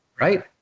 right